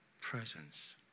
presence